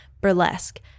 Burlesque